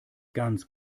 ganz